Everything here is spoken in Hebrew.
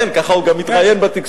כן, ככה הוא גם התראיין בתקשורת.